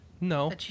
No